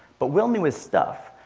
but will knew his stuff.